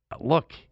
Look